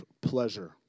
pleasure